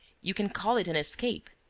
you can call it an escape.